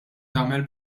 tagħmel